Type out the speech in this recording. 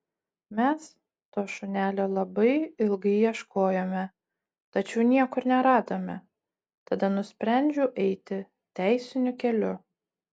mes to šunelio labai ilgai ieškojome tačiau niekur neradome tada nusprendžiau eiti teisiniu keliu